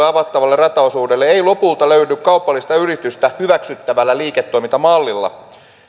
avattavalle rataosuudelle ei lopulta löydy kaupallista yritystä hyväksyttävällä liiketoimintamallilla